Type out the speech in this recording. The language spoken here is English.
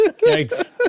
Thanks